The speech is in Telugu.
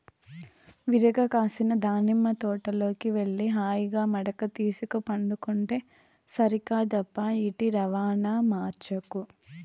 విరగ కాసిన దానిమ్మ తోటలోకి వెళ్లి హాయిగా మడక తీసుక పండుకుంటే సరికాదప్పా ఈటి రవాణా మార్చకు